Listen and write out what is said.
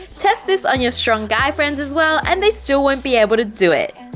test this on your strong guy friends as well, and, they still won't be able to do it!